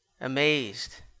amazed